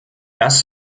das